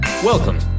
Welcome